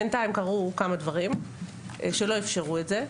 בינתיים קרו כמה דברים שלא אפשרו את זה.